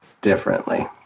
differently